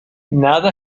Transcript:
nada